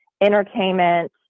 entertainment